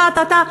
תאתאתא,